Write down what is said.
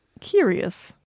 curious